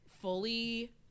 fully